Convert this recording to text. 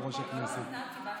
המלאכה